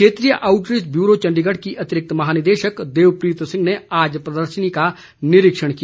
क्षेत्रीय outreach bureau Chandigarh की अतिरिक्त महानिदेशक देवप्रीत सिंह ने आज प्रदर्शनी का निरीक्षण किया